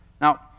Now